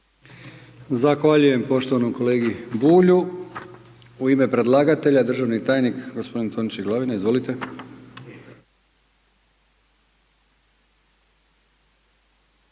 Zahvaljujem poštovanom kolegi Bulju. U ime predlagatelja državni tajnik gospodin Tonči Glavina. Izvolite.